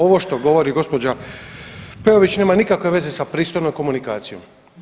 Ovo što govori gospođa Peović nema nikakve veze sa pristojnom komunikacijom.